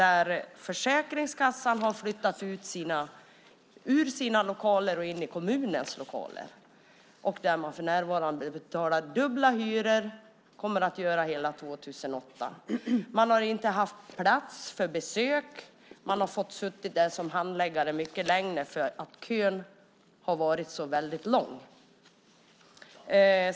Där har Försäkringskassan flyttat ut ur sina lokaler och in i kommunens lokaler, där man för närvarande betalar dubbla hyror, vilket man kommer att göra hela 2008. Man har inte haft plats för besök. Som handläggare har man fått sitta där mycket längre för att kön har varit så väldigt lång.